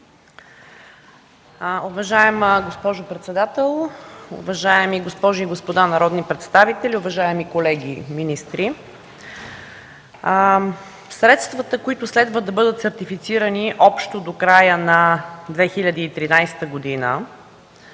Уважаема госпожо председател, уважаеми госпожи и господа народни представители, уважаеми колеги министри! Средствата, които следва да бъдат сертифицирани общо до края на 2013 г.